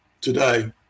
today